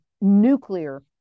nuclear